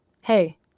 Hey